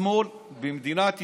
לשמאל במדינת ישראל,